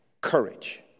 Courage